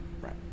Right